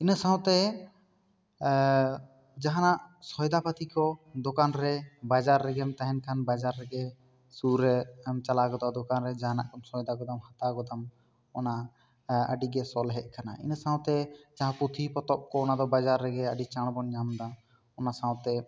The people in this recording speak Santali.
ᱤᱱᱟᱹ ᱥᱟᱶᱛᱮ ᱡᱟᱦᱟᱱᱟᱜ ᱥᱚᱭᱫᱟ ᱯᱟᱹᱛᱤ ᱠᱚ ᱫᱚᱠᱟᱱ ᱨᱮ ᱵᱟᱡᱟᱨ ᱨᱮᱜᱮᱢ ᱛᱟᱦᱮᱱ ᱠᱷᱟᱱ ᱵᱟᱡᱟᱨ ᱨᱮᱜᱮ ᱥᱩᱨ ᱨᱮ ᱮᱢ ᱪᱟᱞᱟᱣ ᱜᱚᱫᱚᱜᱼᱟ ᱫᱚᱠᱟᱱ ᱨᱮᱜᱮ ᱡᱟᱦᱟᱱᱟᱜ ᱠᱚᱢ ᱥᱚᱭᱫᱟ ᱜᱚᱫᱟ ᱦᱟᱛᱟᱣ ᱜᱚᱫᱟᱢ ᱚᱱᱟ ᱟᱹᱰᱤ ᱜᱮ ᱥᱚᱞᱦᱮᱜ ᱠᱟᱱᱟ ᱤᱱᱟᱹ ᱥᱟᱶᱛᱮ ᱢᱟᱦᱟᱸ ᱯᱩᱛᱷᱤ ᱯᱚᱛᱚᱵ ᱠᱚ ᱚᱱᱟ ᱫᱚ ᱵᱟᱡᱟᱨ ᱨᱮᱜᱮ ᱟᱹᱰᱤ ᱪᱟᱬᱵᱚᱱ ᱧᱟᱢ ᱮᱫᱟ ᱚᱱᱟ ᱥᱟᱶᱛᱮ